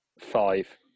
Five